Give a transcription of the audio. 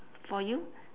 for you